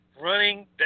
Running